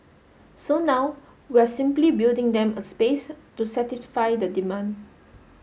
so now we're simply building them a space to satisfy the demand